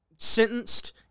sentenced